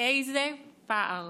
איזה פער